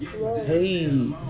hey